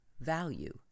value